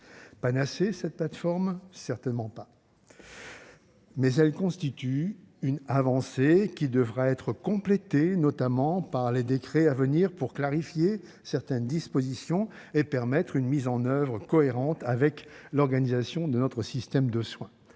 est-elle la panacée ? Certainement pas. Mais elle constitue une avancée qui devra être complétée, notamment par les décrets à venir. Il s'agira de clarifier certaines dispositions et d'assurer une mise en oeuvre cohérente avec l'organisation de notre système de soins.